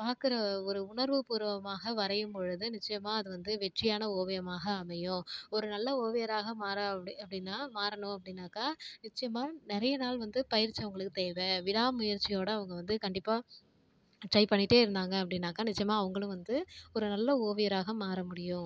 பார்க்குற ஒரு உணர்வு பூர்வமாக வரையும் பொழுது நிச்சியமாக அது வந்து வெற்றியான ஓவியமாக அமையும் ஒரு நல்ல ஓவியராக மாற அப்படி அப்படின்னா மாறணும் அப்படின்னாக்க நிச்சியமாக நிறைய நாள் வந்து பயிற்சிஅவங்களுக்கு தேவை விடாமுயற்சியோட அவங்க வந்து கண்டிப்பாக ட்ரை பண்ணிகிட்டே இருந்தாங்க அப்படின்னாக்க நிஜமாக அவங்களும் வந்து ஒரு நல்ல ஓவியராக மாற முடியும்